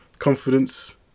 Confidence